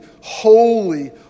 holy